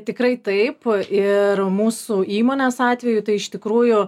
tikrai taip ir mūsų įmonės atveju tai iš tikrųjų